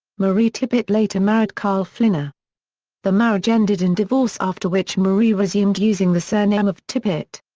marie tippit later married carl flinner the marriage ended in divorce after which marie resumed using the surname of tippit.